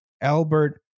Albert